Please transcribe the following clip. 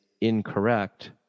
incorrect